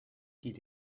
qu’il